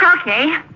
Okay